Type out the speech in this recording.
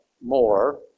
more